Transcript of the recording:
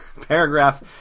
paragraph